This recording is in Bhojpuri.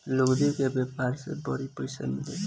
लुगदी के व्यापार से बड़ी पइसा मिलेला